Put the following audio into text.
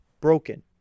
broken